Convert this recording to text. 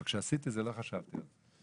אבל כשעשיתי את זה לא חשבתי על זה.